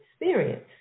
experience